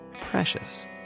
precious